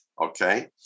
Okay